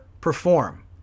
perform